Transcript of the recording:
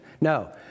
No